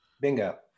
Bingo